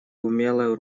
умелое